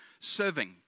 serving